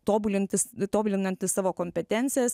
tobulintis tobulinantys savo kompetencijas